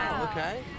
Okay